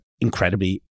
incredibly